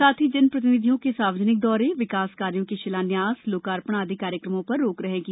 साथ ही जनप्रतिनिधियों के सार्वजनिक दौरे विकास कार्यो के शिलान्यास लोकार्पण आदि कार्यक्रमो पर रोक रहेगी